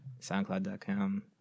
SoundCloud.com